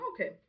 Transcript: Okay